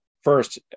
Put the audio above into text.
first